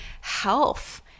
health